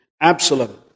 Absalom